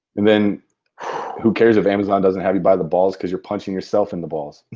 then who cares if amazon doesn't have you by the balls because you're punching yourself in the balls.